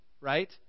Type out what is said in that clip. right